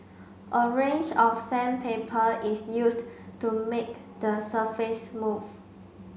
a range of sandpaper is used to make the surface smooth